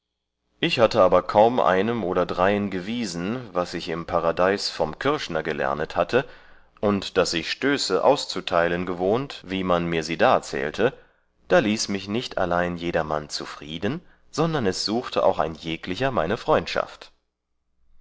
ich hatte aber kaum einem oder dreien gewiesen was ich im paradeis vom kürschner gelernet hatte und daß ich stöße auszuteilen gewohnt wie man mir sie darzählte da ließ mich nicht allein jedermann zufrieden sondern es suchte auch ein jeglicher meine freundschaft